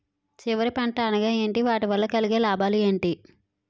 చివరి పంట అనగా ఏంటి వాటి వల్ల కలిగే లాభాలు ఏంటి